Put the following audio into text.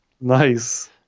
Nice